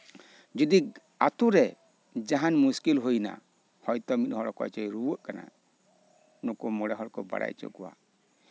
ᱡᱩᱫᱤ ᱟᱹᱛᱩᱨᱮ ᱡᱟᱦᱟᱱ ᱢᱩᱥᱠᱤᱞ ᱦᱩᱭ ᱮᱱᱟ ᱦᱚᱭᱛᱚ ᱢᱤᱫᱦᱚᱲ ᱚᱠᱚᱭ ᱪᱚᱭ ᱨᱩᱣᱟᱹᱜ ᱠᱟᱱᱟ ᱱᱩᱠᱩ ᱢᱚᱬᱮ ᱦᱚᱲ ᱠᱚ ᱵᱟᱲᱟᱭ ᱦᱚᱪᱚ ᱠᱚᱣᱟ